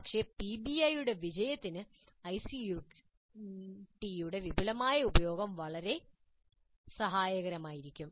പക്ഷേ പിബിഐയുടെ വിജയത്തിന് ഐസിടിയുടെ വിപുലമായ ഉപയോഗം വളരെ സഹായകരമാകും